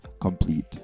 complete